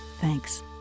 Thanks